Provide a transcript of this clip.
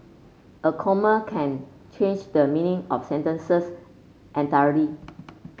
a comma can change the meaning of sentences entirely